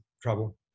trouble